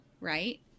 right